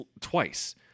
twice